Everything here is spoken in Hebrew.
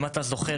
אם אתה זוכר,